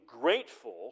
grateful